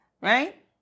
right